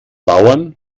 bauern